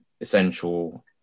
essential